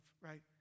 right